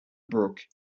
brook